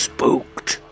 Spooked